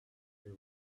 they